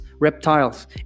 reptiles